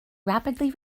rapidly